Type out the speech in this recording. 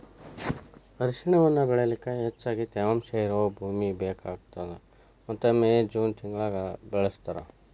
ಅರಿಶಿಣವನ್ನ ಬೆಳಿಲಿಕ ಹೆಚ್ಚಗಿ ತೇವಾಂಶ ಇರೋ ಭೂಮಿ ಬೇಕಾಗತದ ಮತ್ತ ಮೇ, ಜೂನ್ ತಿಂಗಳನ್ಯಾಗ ಬೆಳಿಸ್ತಾರ